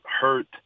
hurt